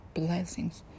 blessings